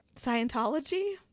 Scientology